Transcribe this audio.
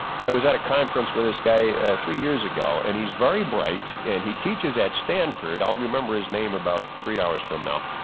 i was at a conference with this guy three years ago and he's very bright and he teaches at stanford, i'll remember his name about three hours from now.